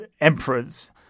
emperors